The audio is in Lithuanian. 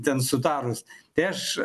ten sutarus tai aš